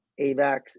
AVAX